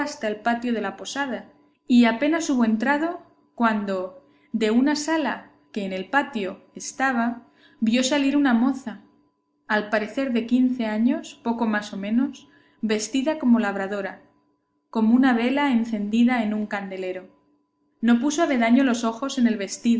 el patio de la posada y apenas hubo entrado cuando de una sala que en el patio estaba vio salir una moza al parecer de quince años poco más o menos vestida como labradora con una vela encendida en un candelero no puso avendaño los ojos en el